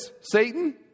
Satan